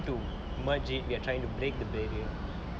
to merge it we're trying to break the barrier